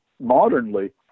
modernly